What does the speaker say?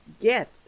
Get